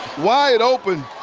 wide open,